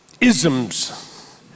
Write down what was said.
isms